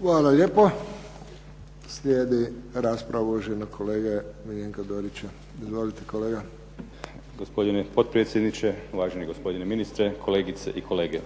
Hvala lijepo. Slijedi rasprava uvaženog kolege Miljenka Dorića. Izvolite kolega. **Dorić, Miljenko (HNS)** Gospodine potpredsjedniče, uvaženi gospodine ministre, kolegice i kolege.